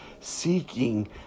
seeking